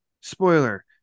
spoiler